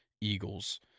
Eagles